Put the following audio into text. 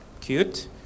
cute